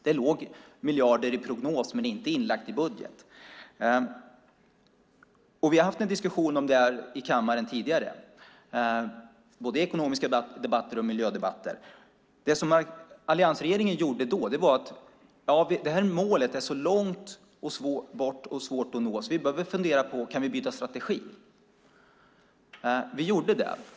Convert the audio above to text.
Det låg miljarder i prognos men inte inlagt i budget. Vi har haft en diskussion om det i kammaren tidigare, både i ekonomiska debatter och miljödebatter. Det alliansregeringen gjorde då var att säga: Det målet är så långt bort och svårt att nå att vi behöver fundera över om vi kan byta strategi. Och vi gjorde det.